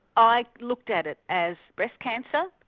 i looked at it as breast cancer.